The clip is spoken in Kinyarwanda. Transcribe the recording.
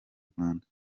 rwanda